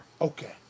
Okay